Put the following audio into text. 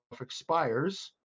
expires